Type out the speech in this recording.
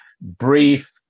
brief